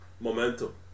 momentum